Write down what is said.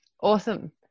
Awesome